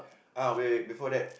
ah wait wait before that